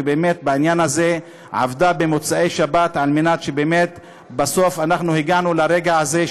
שבעניין הזה עבדה במוצאי שבת על מנת שבאמת בסוף אנחנו הגענו לרגע הזה.